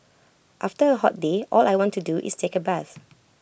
after A hot day all I want to do is take A bath